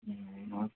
हजुर